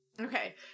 Okay